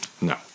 No